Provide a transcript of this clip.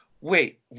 Wait